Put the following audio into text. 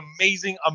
amazing